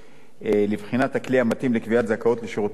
לבחינת הכלי המתאים לקביעת זכאות לשירותים מיוחדים,